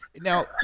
Now